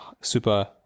super